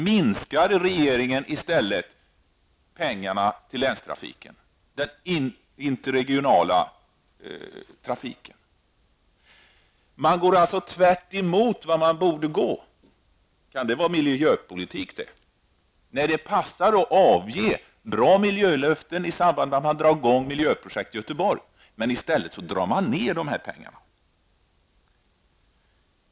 Man går alltså tvärtemot vad man borde göra. Kan detta vara miljöpolitik? Nej, det passar att avge bra miljölöften i samband med att man drar i gång sådant som Miljöprojekt Göteborg, men sedan drar man ner dessa pengar.